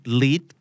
lead